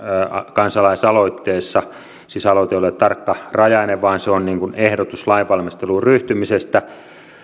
kansalaisaloitteessa siis aloite ei ole tarkkarajainen vaan se on ehdotus lainvalmisteluun ryhtymisestä